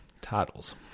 titles